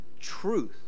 truth